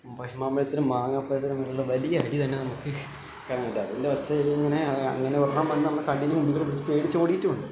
കശുമാമ്പഴത്തിനും മാങ്ങാപ്പഴത്തിനും തമ്മിലുള്ള വലിയ അടി തന്നെ നമുക്ക് കാണാൻ പറ്റും അതിൻ്റെ ഒച്ച ഇങ്ങനെ അങ്ങനെ ഒരെണ്ണം വന്ന് നമ്മളുടെ കണ്ണിന് മുമ്പില് വെച്ച് പേടിച്ച് ഓടിയിട്ടുമുണ്ട്